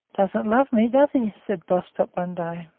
doesn't love me, does he? said bostock, one day.